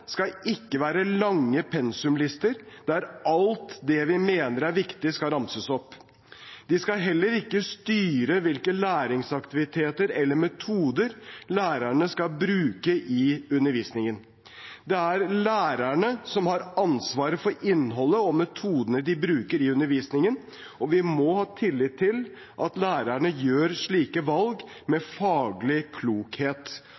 skal ikke være lange pensumlister der alt det vi mener er viktig, skal ramses opp. De skal heller ikke styre hvilke læringsaktiviteter eller metoder lærerne skal bruke i undervisningen. Det er lærerne som har ansvaret for innholdet og metodene de bruker i undervisningen, og vi må ha tillit til at lærerne gjør slike valg